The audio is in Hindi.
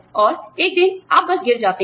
और एक दिन आप बस गिर जाते हैं